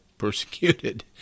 persecuted